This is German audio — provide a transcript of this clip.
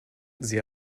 sie